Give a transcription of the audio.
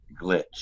glitch